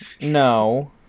no